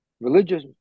Religious